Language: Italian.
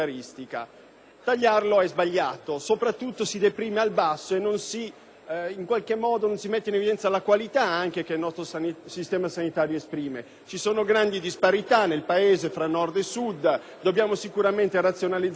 tagli è sbagliato, soprattutto perché si deprime al basso e non si mette in evidenza la qualità che esso esprime. Ci sono grandi disparità nel Paese tra Nord e Sud e dobbiamo sicuramente razionalizzare il sistema,